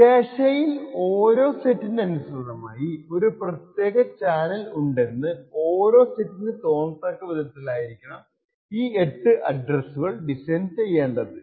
ക്യാഷെയിൽ ഓരോ സെറ്റിന് അനുസൃതമായി ഒരു പ്രത്യേക ചാനൽ ഉണ്ടെന്നു ഓരോ സെറ്റിന് തോന്നത്തക്ക വിധത്തിലായിരിക്കണം ഈ 8 അഡ്രെസ്സുകൾ ഡിസൈൻ ചെയ്യേണ്ടത്